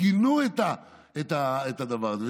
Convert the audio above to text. גינו את הדבר הזה,